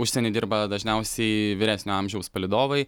užsieny dirba dažniausiai vyresnio amžiaus palydovai